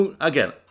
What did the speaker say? Again